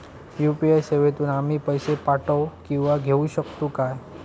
UPI सेवेतून आम्ही पैसे पाठव किंवा पैसे घेऊ शकतू काय?